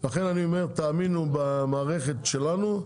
לכן אני אומר: תאמינו במערכת שלנו.